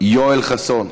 יואל חסון,